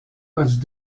must